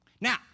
Now